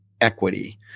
equity